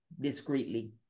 discreetly